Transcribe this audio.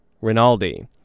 Rinaldi